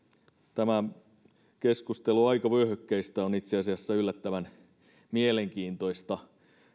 tämä keskustelu aikavyöhykkeistä on itse asiassa yllättävän mielenkiintoista